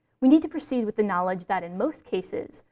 we need to proceed with the knowledge that in most cases,